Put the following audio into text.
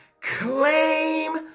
Claim